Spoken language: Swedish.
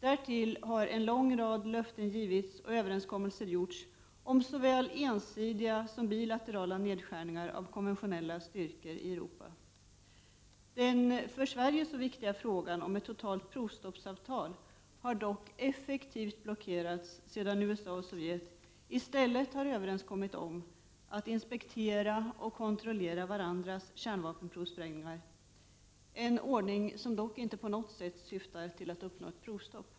Därtill har en lång rad löften givits och överenskommelser gjorts om såväl ensidiga som bilaterala nedskärningar av konventionella styrkor i Europa. Den för Sverige så viktiga frågan om ett totalt provstoppsavtal har dock effektivt blockerats sedan USA och Sovjet i stället har överenskommit om att inspektera och kontrollera varandras kärnvapenprovsprängningar, en ordning som dock inte på något sätt syftar till att uppnå ett provstopp.